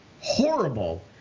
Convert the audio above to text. horrible